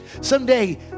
someday